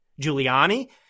Giuliani